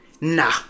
Nah